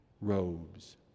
robes